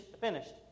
finished